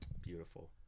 Beautiful